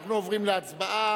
אנחנו עוברים להצבעה,